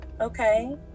Okay